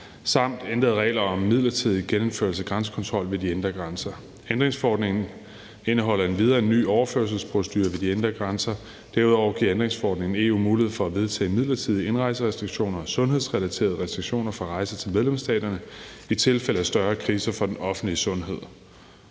samt ændrede regler om midlertidig genindførelse af grænsekontrol ved de indre grænser. Ændringsforordningen indeholder endvidere en ny overførselsprocedure ved de indre grænser. Derudover giver ændringsforordningen EU mulighed for at vedtage midlertidige indrejserestriktioner og sundhedsrelaterede restriktioner for rejser til medlemsstaterne i tilfælde af større kriser for den offentlige sundhed.